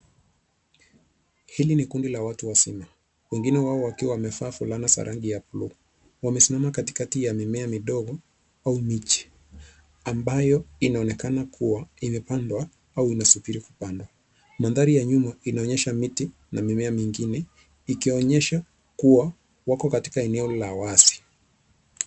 Hili ni kundi la watu wazima wengine wao wakiwa wamevaa fulana za rangi ya bluu. Wamesimama katikati ya mimea midogo au miche ambayo inaonekana kuwa imepandwa au imesubiri kupandwa. Mandhari ya nyuma inaonyesha miti na mimea mingine ikionyesha kuwa wako katika eneo la wazi.